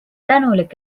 tänulik